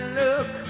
look